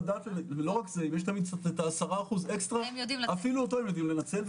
ואם יש ה-10% אקסטרה אפילו אותו הם יודעים לנצל.